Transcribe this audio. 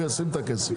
הוא ישים את הכסף.